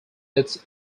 its